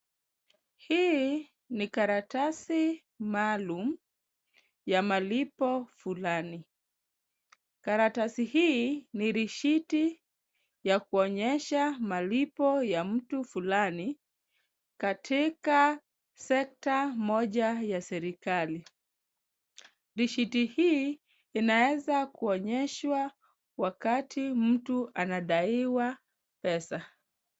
Hii ni karatasi maalum ya malipo fulani. Karatasi hii ni risiti ya kuonyesha malipo ya mtu fulani katika secta moja ya serikali. Risiti hii inaeza kuonyeshwa wakati mtu anadaiwa pesa.